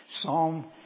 Psalm